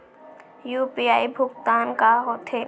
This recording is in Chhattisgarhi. यू.पी.आई भुगतान का होथे?